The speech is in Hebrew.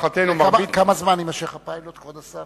כמה זמן יימשך הפיילוט, כבוד השר?